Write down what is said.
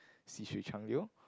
细水长流:Xi Shui Chang Liu